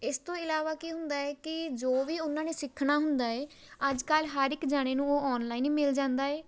ਇਸ ਤੋਂ ਇਲਾਵਾ ਕੀ ਹੁੰਦਾ ਹੈ ਕਿ ਜੋ ਵੀ ਉਹਨਾਂ ਨੇ ਸਿੱਖਣਾ ਹੁੰਦਾ ਹੈ ਅੱਜ ਕੱਲ੍ਹ ਹਰ ਇੱਕ ਜਾਣੇ ਨੂੰ ਉਹ ਔਨਲਾਈਨ ਹੀ ਮਿਲ ਜਾਂਦਾ ਹੈ